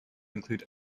include